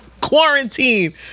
Quarantine